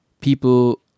people